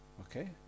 okay